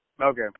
Okay